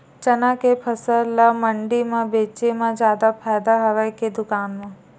चना के फसल ल मंडी म बेचे म जादा फ़ायदा हवय के दुकान म?